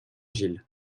gilles